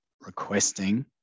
requesting